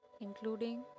including